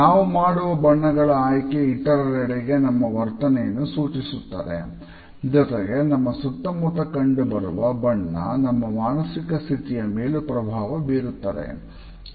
ನಾವು ಮಾಡುವ ಬಣ್ಣಗಳ ಆಯ್ಕೆ ಇತರರೆಡೆಗೆ ನಮ್ಮ ವರ್ತನೆಯನ್ನು ಸೂಚಿಸುತ್ತದೆ ಜೊತೆಗೆ ನಮ್ಮ ಸುತ್ತಮುತ್ತ ಕಂಡುಬರುವ ಬಣ್ಣ ನಮ್ಮ ಮಾನಸಿಕ ಸ್ಥಿತಿಯ ಮೇಲು ಪ್ರಭಾವ ಬೀರುತ್ತದೆ